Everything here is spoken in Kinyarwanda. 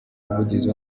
umuvugizi